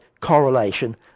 correlation